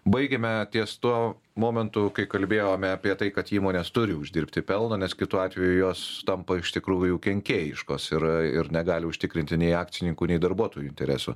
baigėme ties tuo momentu kai kalbėjome apie tai kad įmonės turi uždirbti pelno nes kitu atveju jos tampa iš tikrųjų kenkėjiškos ir ir negali užtikrinti nei akcininkų nei darbuotojų interesų